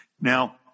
Now